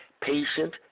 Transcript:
patient